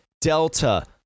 delta